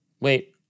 Wait